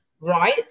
right